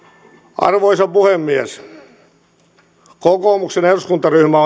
arvoisa puhemies kokoomuksen eduskuntaryhmä